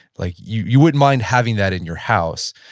like you wouldn't mind having that in your house.